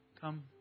Come